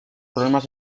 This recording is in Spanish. problemas